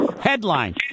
Headline